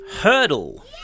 Hurdle